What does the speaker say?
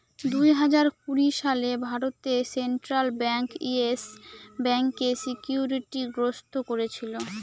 দুই হাজার কুড়ি সালে ভারতে সেন্ট্রাল ব্যাঙ্ক ইয়েস ব্যাঙ্কে সিকিউরিটি গ্রস্ত করেছিল